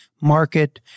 market